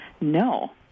No